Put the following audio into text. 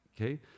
Okay